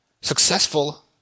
successful